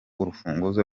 urufunguzo